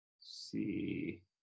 see